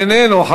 איננו.